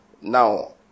Now